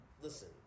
Listen